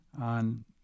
on